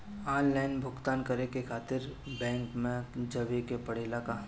Online भुगतान करे के खातिर बैंक मे जवे के पड़ेला का?